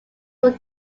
were